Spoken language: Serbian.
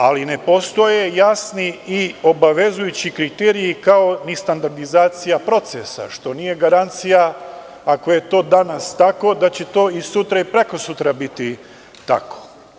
Ali, ne postoje jasni i obavezujući kriterijumi kao ni standardizacija procesa, što nije garancija ako je to danas tako, da će to i sutra i prekosutra biti tako.